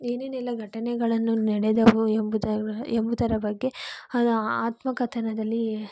ಏನೇನೆಲ್ಲ ಘಟನೆಗಳನ್ನು ನಡೆದವು ಎಂಬುದರ ಎಂಬುದರ ಬಗ್ಗೆ ಅದು ಆ ಆತ್ಮಕಥನದಲ್ಲಿ